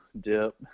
dip